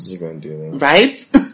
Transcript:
right